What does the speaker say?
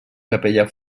capella